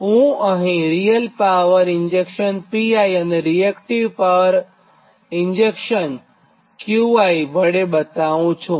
તો હું અહીં રીયલ પાવર ઇન્જેક્શન Pi અને રીએક્ટીવ પાવર ઇન્જેક્શન Qi બતાવું છું